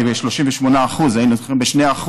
היינו ב-2%,